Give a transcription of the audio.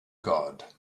god